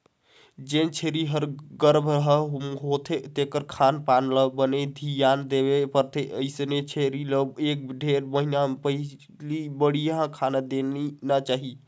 जेन छेरी ह गरभ म होथे तेखर खान पान ल बने धियान देबर परथे, अइसन छेरी ल एक ढ़ेड़ महिना पहिली बड़िहा खाना देना चाही